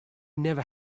never